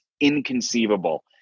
inconceivable